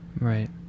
right